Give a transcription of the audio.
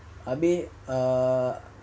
abeh err